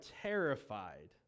terrified